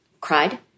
cried